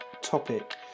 topic